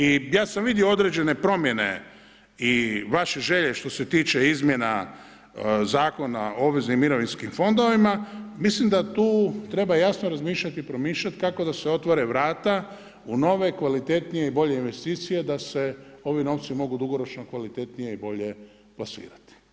I ja sam vidio određene promjene i vaših želja što se tiče izmjena Zakona o obveznim mirovinskim fondovima, mislim da tu treba jasno razmišljati i promišljati kako da se otvore vrata u nove, kvalitetnije i bolje investicije da se ovi novci mogu dugoročno kvalitetnije i bolje plasirati.